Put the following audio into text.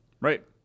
Right